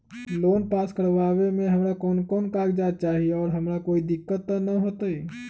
Loan pass करवावे में हमरा कौन कौन कागजात चाही और हमरा कोई दिक्कत त ना होतई?